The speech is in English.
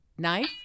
knife